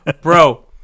Bro